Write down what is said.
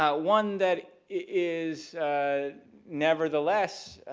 ah one that is nevertheless